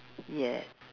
yes